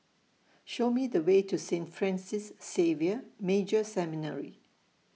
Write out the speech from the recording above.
Show Me The Way to Saint Francis Xavier Major Seminary